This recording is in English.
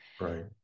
Right